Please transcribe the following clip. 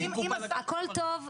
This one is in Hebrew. הכל טוב,